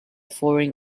foreign